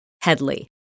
Headley